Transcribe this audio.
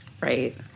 Right